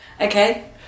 okay